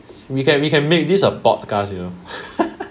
we can we can make this a podcast you know